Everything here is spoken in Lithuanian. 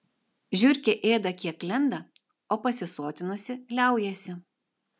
žiurkė ėda kiek lenda o pasisotinusi liaujasi